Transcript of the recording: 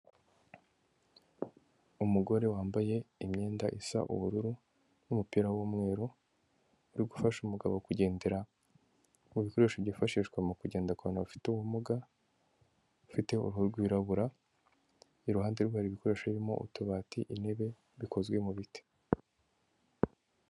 Umugore wambaye imyenda isa ubururu n'umupira w'umweru, uri gufasha umugabo kugendera mu bikoresho byifashishwa mu kugenda ku bantu bafite ubumuga, ufite uruhu rwirabura, iruhande rwe hari ibikoresho birimo utubati, intebe bikozwe mu biti.